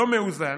לא מאוזן,